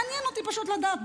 מעניין אותי פשוט לדעת,